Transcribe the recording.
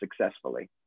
successfully